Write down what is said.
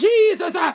Jesus